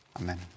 Amen